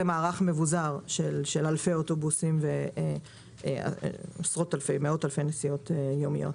מערך מבוזר של אלפי אוטובוסים ומאות אלפי נסיעות יומיות.